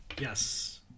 Yes